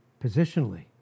Positionally